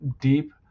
deep